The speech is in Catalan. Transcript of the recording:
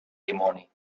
dimoni